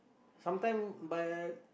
sometime but